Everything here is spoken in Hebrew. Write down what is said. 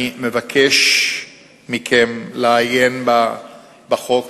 אני מבקש מכם לעיין בחוק.